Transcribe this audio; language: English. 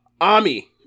Ami